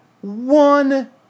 One